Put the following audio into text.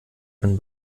bin